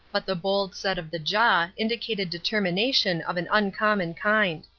but the bold set of the jaw indicated determination of an uncommon kind.